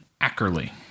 Ackerley